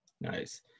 Nice